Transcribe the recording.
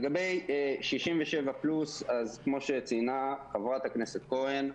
לגבי 67 פלוס - כמו שציינה חברת הכנסת כהן,